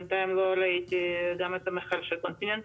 בינתיים לא ראיתי גם את המחקר שאתה ציינת,